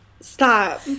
Stop